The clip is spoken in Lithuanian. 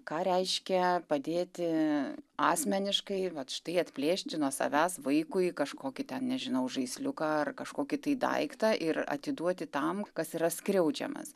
ką reiškia padėti asmeniškai ir vat štai atplėšti nuo savęs vaikui kažkokį ten nežinau žaisliuką ar kažkokį daiktą ir atiduoti tam kas yra skriaudžiamas